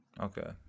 Okay